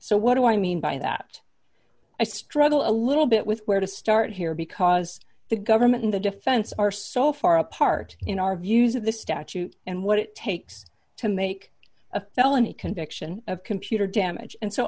so what do i mean by that i struggle a little bit with where to start here because the government and the defense are so far apart in our views of the statute and what it takes to make a felony conviction of computer damage and so